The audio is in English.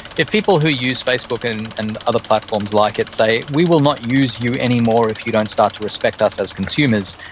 if people who use facebook and and other platforms like it say, we will not use you anymore if you don't start to respect us as consumers.